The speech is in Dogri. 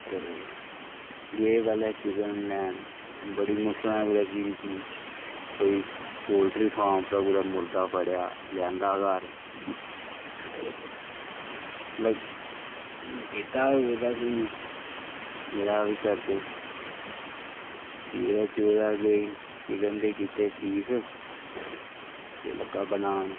ते गे पैह्लें चिकन लैन बड़ी मुश्कलें कुतै कोई पोल्ट्री फार्म परा कुतै मुर्गा फड़ेआ लेआंदा घर ते ल कीता एह्दा जेह्ड़ा बी करदे चीरेआ चूरेआ कोई चिकन दे कीते पीस ते लग्गा बनान